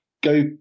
go